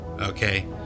Okay